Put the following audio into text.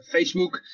Facebook